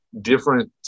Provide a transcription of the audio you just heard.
different